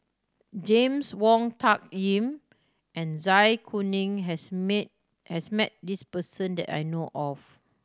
James Wong Tuck Yim and Zai Kuning has meet has met this person that I know of